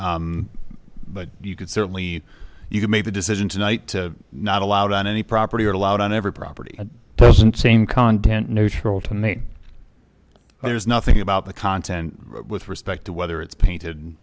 that but you could certainly you could make the decision tonight to not allowed on any property or allowed on every property that person same content neutral to me there's nothing about the content with respect to whether it's painted